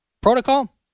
protocol